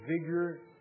vigor